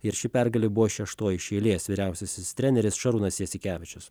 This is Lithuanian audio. ir ši pergalė buvo šeštoji iš eilės vyriausiasis treneris šarūnas jasikevičius